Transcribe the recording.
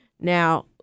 Now